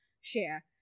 share